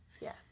Yes